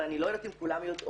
ואני לא יודעת אם כולם יודעות.